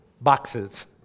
boxes